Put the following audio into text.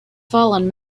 fallen